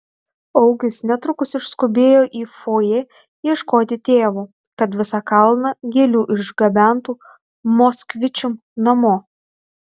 augis netrukus išskubėjo į fojė ieškoti tėvo kad visą kalną gėlių išgabentų moskvičium namo